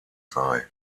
sei